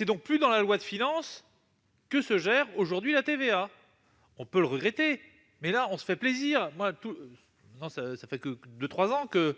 n'est donc plus dans la loi de finances que se gère aujourd'hui la TVA. On peut le regretter, mais là, on se fait plaisir : cela fait déjà deux ou trois ans que